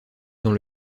dans